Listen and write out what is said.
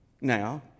now